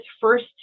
first